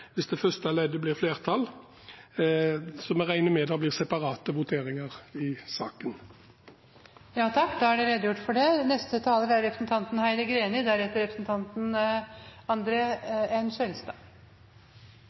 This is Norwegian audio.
Hvis det første leddet får flertall, regner vi med at det blir separate voteringer i saken. Da er det redegjort for det.